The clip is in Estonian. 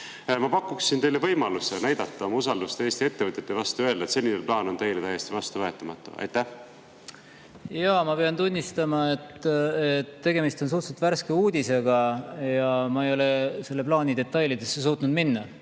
Ma pakun teile võimaluse näidata oma usaldust Eesti ettevõtjate vastu ja öelda, et selline plaan on teile täiesti vastuvõetamatu. Ma pean tunnistama, et tegemist on suhteliselt värske uudisega ja ma ei ole selle plaani detailidesse suutnud minna.